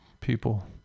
people